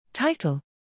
Title